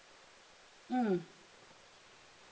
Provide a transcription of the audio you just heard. mm